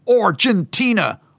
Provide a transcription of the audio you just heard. Argentina